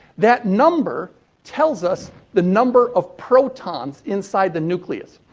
that number tells us the number of protons inside the nucleus.